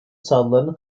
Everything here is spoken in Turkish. savlarını